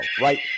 right